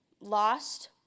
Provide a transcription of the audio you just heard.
lost